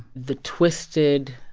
the twisted